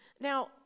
now